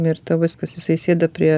ir tau viskas jisai sėda prie